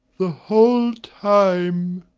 the whole time,